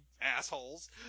assholes